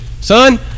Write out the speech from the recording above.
son